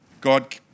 God